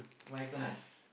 my class